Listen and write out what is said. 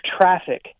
traffic